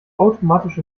automatisch